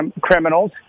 criminals